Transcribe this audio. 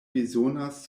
bezonas